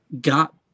got